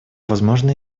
возможно